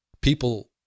people